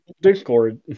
Discord